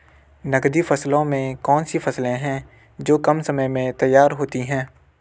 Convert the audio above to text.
नकदी फसलों में कौन सी फसलें है जो कम समय में तैयार होती हैं?